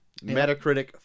Metacritic